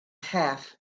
half